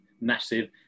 massive